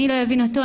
אני לא אבין אותו,